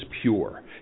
pure